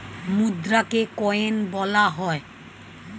মুদ্রাকে coin বলা হয়